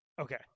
Okay